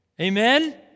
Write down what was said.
Amen